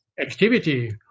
activity